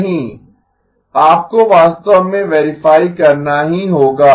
नहीं आपको वास्तव में वेरीफाई करना ही होगा